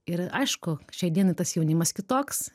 ir aišku šiai dienai tas jaunimas kitoks